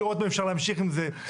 לראות אם אפשר להמשיך עם זה.